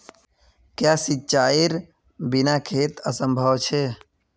क्याँ सिंचाईर बिना खेत असंभव छै?